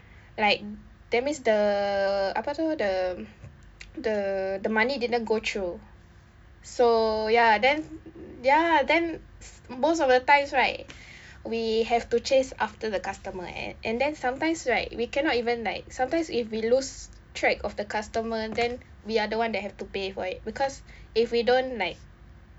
like that means the apa itu the the money didn't go through so ya then ya then most of the times right we have to chase after the customer and then sometimes right we cannot even like sometimes if we lose track of the customer then we are the one that have to pay for it because if we don't like